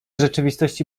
rzeczywistości